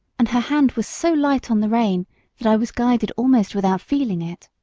and her hand was so light on the rein that i was guided almost without feeling it.